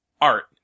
Art